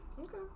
Okay